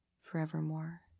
forevermore